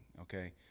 Okay